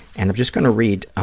and i'm just going to read